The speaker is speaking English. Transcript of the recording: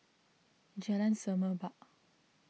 Jalan Semerbak